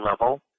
level